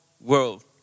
world